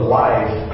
life